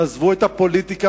תעזבו את הפוליטיקה,